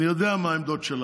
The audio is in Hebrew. אני יודע מה העמדות שלך.